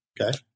Okay